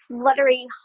fluttery